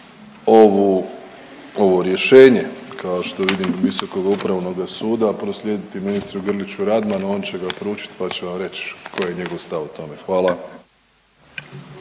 ovo rješenje, kao što vidim Visokog upravnoga suda, proslijediti ministru Grliću Radmanu, on će ga proučiti pa će vam reći koji je njegov stav o tome. Hvala.